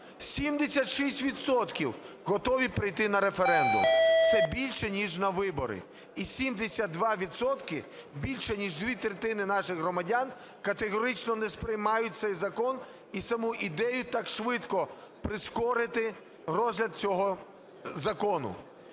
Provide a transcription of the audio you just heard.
готові прийти на референдум, це більше ніж на вибори. І 72 відсотки – більше ніж дві третини наших громадян - категорично не сприймають цей закон і саму ідею так швидко прискорити розгляд цього закону.